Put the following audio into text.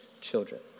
children